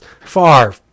far